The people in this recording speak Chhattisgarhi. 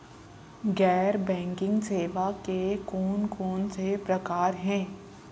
गैर बैंकिंग सेवा के कोन कोन से प्रकार हे?